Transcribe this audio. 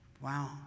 Wow